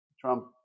Trump